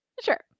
Sure